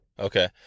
Okay